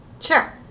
Sure